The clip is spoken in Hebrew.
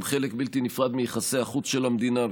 חלק בלתי נפרד מיחסי החוץ של המדינה,